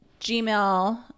Gmail